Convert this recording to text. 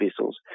vessels